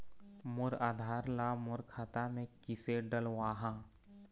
मोर आधार ला मोर खाता मे किसे डलवाहा?